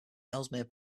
ellesmere